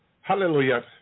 Hallelujah